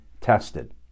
tested